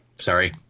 sorry